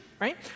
right